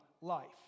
life